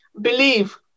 believe